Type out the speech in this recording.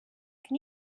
can